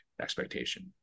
expectation